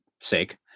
sake